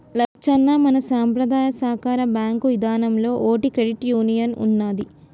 లచ్చన్న మన సంపద్రాయ సాకార బాంకు ఇదానంలో ఓటి క్రెడిట్ యూనియన్ ఉన్నదీ